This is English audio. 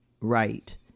right